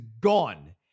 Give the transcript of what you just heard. gone